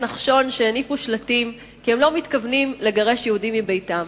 "נחשון" שהניפו שלטים כי הם לא מתכוונים לגרש יהודים מביתם.